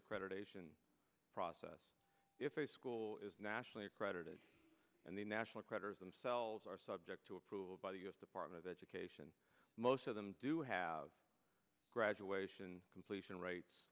accreditation process if a school is nationally accredited and the national creditors themselves are subject to approval by the u s department of education most of them do have graduation completion r